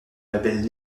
label